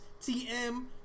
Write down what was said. TM